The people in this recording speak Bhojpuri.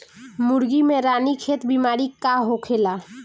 मुर्गी में रानीखेत बिमारी का होखेला?